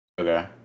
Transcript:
Okay